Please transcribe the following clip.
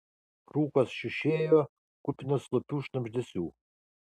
rūkas šiušėjo kupinas slopių šnabždesių